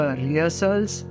rehearsals